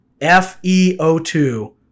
FeO2